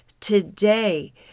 Today